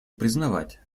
признать